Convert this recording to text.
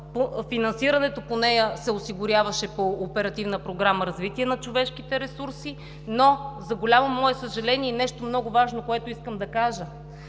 финансирането по нея се осигуряваше по Оперативна програма „Развитие на човешките ресурси“. Но за голямо мое съжаление, нещо много важно, което искам да кажа